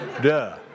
Duh